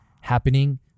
happening